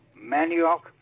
manioc